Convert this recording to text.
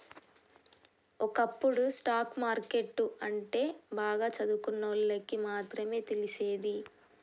ఒకప్పుడు stock market అంటే బాగా చదువుకున్నోళ్ళకి మాత్రమే తెలిసేది